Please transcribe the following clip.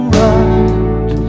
right